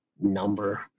number